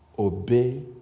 Obey